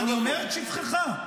אני אומר לשבחך.